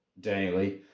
daily